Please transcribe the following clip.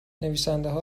نویسندهها